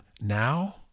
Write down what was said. now